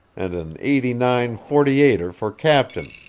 and an eighty-nine-forty-eighter for captain,